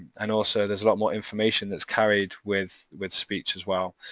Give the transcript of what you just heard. and also there's a lot more information that's carried with with speech as well.